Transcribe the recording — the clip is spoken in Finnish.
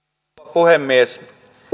puhemies